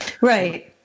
Right